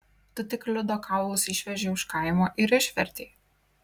tu tik liudo kaulus išvežei už kaimo ir išvertei